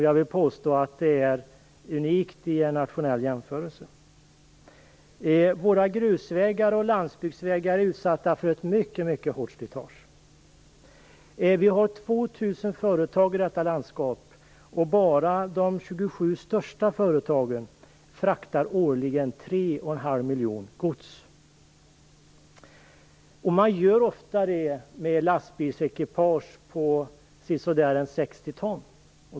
Jag vill påstå att det är unikt vid en nationell jämförelse. Våra grusvägar och landsbygdsvägar är utsatta för ett mycket hårt slitage. Vi har 2 000 företag i detta landskap. Enbart de 27 största företagen fraktar årligen tre och en halv miljon ton gods. Man gör ofta det med lastbilsekipage på ca 60 ton.